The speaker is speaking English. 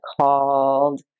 called